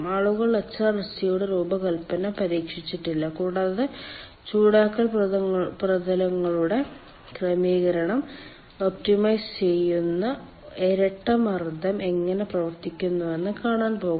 ആളുകൾ എച്ച്ആർഎസ്ജിയുടെ രൂപകൽപ്പന പരീക്ഷിച്ചിട്ടില്ല കൂടാതെ ചൂടാക്കൽ പ്രതലങ്ങളുടെ ക്രമീകരണം ഒപ്റ്റിമൈസ് ചെയ്യുന്ന ഇരട്ട മർദ്ദം എങ്ങനെ പ്രവർത്തിക്കുന്നുവെന്ന് കാണാൻ പോകുന്നു